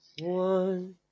One